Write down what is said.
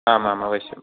आमाम् अवश्यं